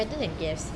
it's better than K_F_C